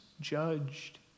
judged